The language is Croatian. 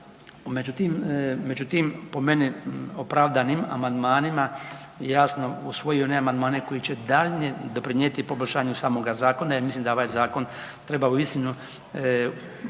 među tim, po meni opravdanim amandmanima jasno usvojio one amandmane koji će daljnje doprinijeti poboljšanju samoga zakona jer mislim da ovaj zakon treba uistinu uzeti